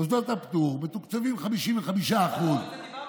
מוסדות הפטור מתוקצבים 55% אבל לא על זה דיברנו.